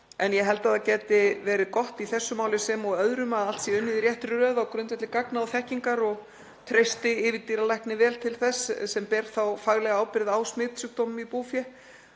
en ég held að það gæti verið gott í þessu máli sem og öðrum að allt sé unnið í réttri röð á grundvelli gagna og þekkingar og ég treysti yfirdýralækni vel til þess, sem ber þá faglega ábyrgð á smitsjúkdómum í búfé,